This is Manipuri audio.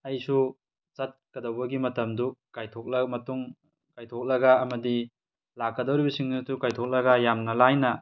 ꯑꯩꯁꯨ ꯆꯠꯀꯗꯧꯕꯒꯤ ꯃꯇꯝꯗꯨ ꯀꯥꯏꯊꯣꯛꯂ ꯃꯇꯨꯡ ꯀꯥꯏꯊꯣꯛꯂꯒ ꯑꯃꯗꯤ ꯂꯥꯛꯀꯗꯧꯔꯤꯕꯁꯤꯡ ꯑꯗꯨ ꯀꯥꯏꯊꯣꯛꯂꯒ ꯌꯥꯝꯅ ꯂꯥꯏꯅ